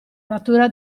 natura